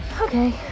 Okay